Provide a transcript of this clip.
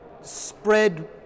spread